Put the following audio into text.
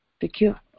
secure